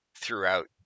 throughout